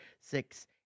six